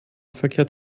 verkehrt